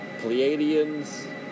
Pleiadians